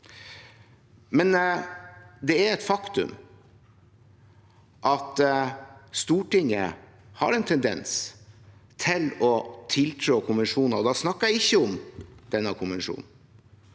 Men det er et faktum at Stortinget har en tendens til å tiltre konvensjoner – og da snakker jeg ikke om denne konvensjonen